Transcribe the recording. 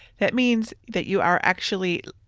that means that you are actually